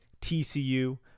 TCU